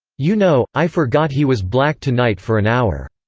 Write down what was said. you know, i forgot he was black tonight for an hour.